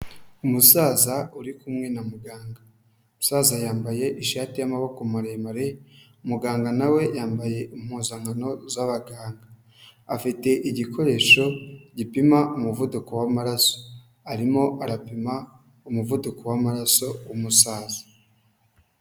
Umusaza uri kumwe na muganga umusaza yambaye ishati y'amaboko maremare muganga nawe yambaye impuzankano z’abaganga ,afite igikoresho gipima umuvuduko w’amaraso ,arimo arapima umuvuduko w’amararaso w’umusaza.